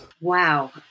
Wow